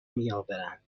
میآورند